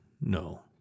No